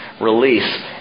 release